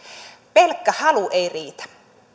pelkkä halu ei riitä